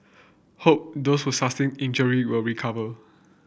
hope those who sustained injury will recover